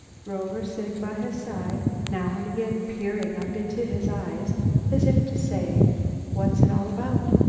rover, sitting by his side, now and again peered up into his eyes as if to say what's it all about?